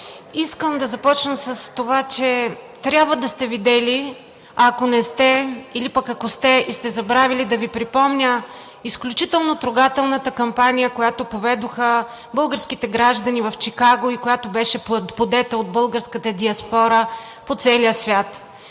Искам да започна с това, че трябва да сте видели, а ако не сте или пък, ако сте, и сте забравили, да Ви припомня изключително трогателната кампания, която поведоха българските граждани в Чикаго и която беше подета от българската диаспора по целия свят.